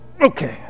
okay